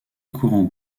courants